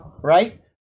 right